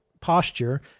posture